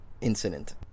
incident